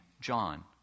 John